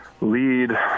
lead